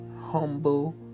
humble